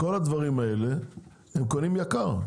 כל הדברים האלה, הם קונים במחיר יקר.